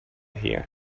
here